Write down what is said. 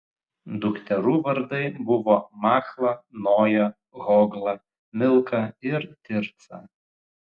dukterų vardai buvo machla noja hogla milka ir tirca